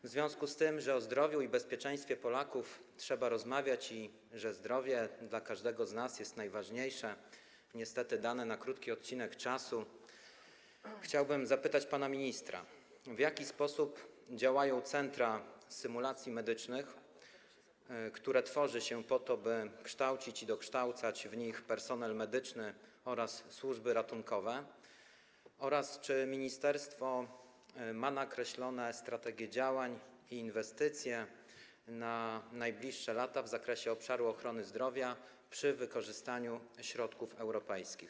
W związku z tym, że o zdrowiu i bezpieczeństwie Polaków trzeba rozmawiać i że zdrowie dla każdego z nas jest najważniejsze, dane niestety przez krótki czas, chciałbym zapytać pana ministra: W jaki sposób działają centra symulacji medycznych, które tworzy się po to, by kształcić i dokształcać w nich personel medyczny oraz służby ratunkowe, oraz czy ministerstwo ma nakreślone strategie działań i inwestycje na najbliższe lata w zakresie obszaru ochrony zdrowia przy wykorzystaniu środków europejskich?